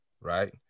right